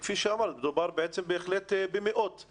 כפי שאמרת, מדובר במאות אנשים.